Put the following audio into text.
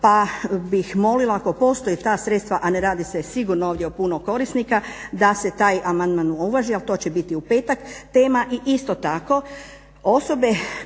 pa bih molila ako postoje ta sredstva a ne radi se sigurno ovdje o puno korisnika da se taj amandman uvaži, ali to će biti u petak tema